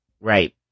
Right